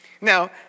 Now